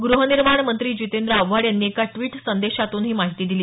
ग्रहनिर्माण मंत्री जितेंद्र आव्हाड यांनी एका ट्विट संदेशातून ही माहिती दिली